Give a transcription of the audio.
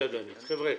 לפי הקיימת היום.